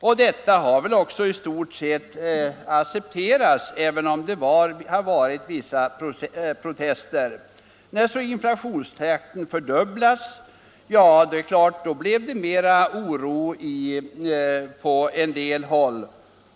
Och detta accepterades väl också i stort sett, även om det förekom vissa protester. När så inflationstakten fördubblades blev oron större på en del håll.